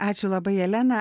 ačiū labai jelena